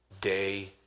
Day